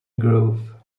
grove